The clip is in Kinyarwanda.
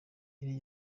yari